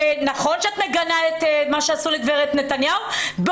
נכון שאת מגנה את מה שעשו לגברת נתניהו אבל